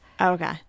okay